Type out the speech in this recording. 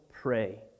pray